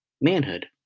manhood